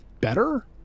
better